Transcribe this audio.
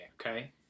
okay